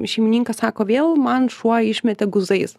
šeimininkas sako vėl man šuo išmetė guzais